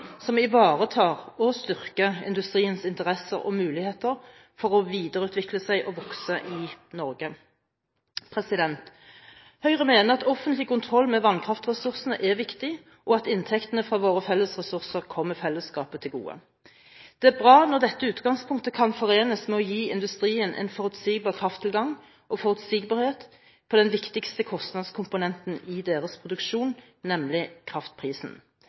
som ivaretar og styrker industriens interesser og muligheter for å videreutvikle seg og vokse i Norge. Høyre mener at offentlig kontroll med vannkraftressursene er viktig, og at inntektene fra våre fellesressurser kommer fellesskapet til gode. Det er bra når dette utgangspunktet kan forenes med å gi industrien en forutsigbar krafttilgang og forutsigbarhet på den viktigste kostnadskomponenten i deres produksjon – nemlig kraftprisen.